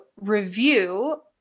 review